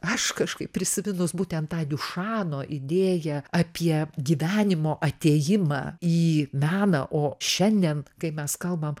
aš kažkaip prisiminus būtent tą diušano idėją apie gyvenimo atėjimą į meną o šiandien kai mes kalbam